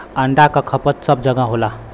अंडा क खपत सब जगह होला